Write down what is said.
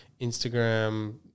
Instagram